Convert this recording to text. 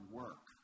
work